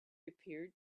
appeared